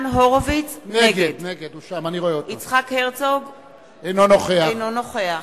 יצחק הרצוג, אינו נוכח